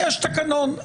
יש תקנון.